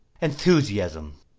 Enthusiasm